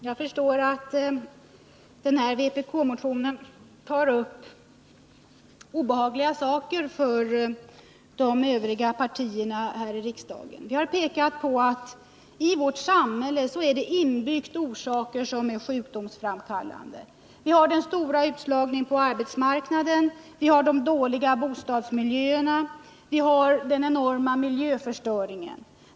Herr talman! Jag förstår att den här vpk-motionen tar upp saker som är obehagliga för de övriga partierna här i riksdagen. Vi har pekat på att det i vårt samhälle finns inbyggda sjukdomsframkallande faktorer. Vi har den stora utslagningen på arbetsmarknaden. Vi har de dåliga bostadsmiljöerna. Vi har den enorma miljöförstöringen.